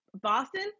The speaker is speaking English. Boston